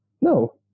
No